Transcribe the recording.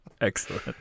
Excellent